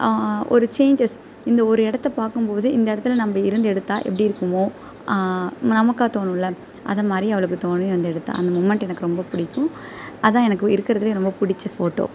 ஒரு சேஞ்சஸ் இந்த ஒரு இடத்த பார்க்கும் போது இந்த இடத்துல நம்ம இருந்து எடுத்தால் எப்படி இருக்குமோ நமக்கு தோணும்ல அது மாதிரி அவளுக்கு தோணி வந்து எடுத்தாள் அந்த முமண்ட் எனக்கு ரொம்ப பிடிக்கும் அது தான் எனக்கு இருக்கிறதுலயே ரொம்ப பிடிச்ச போட்டோ